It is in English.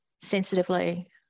sensitively